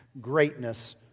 Greatness